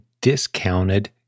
discounted